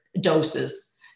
doses